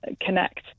connect